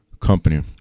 company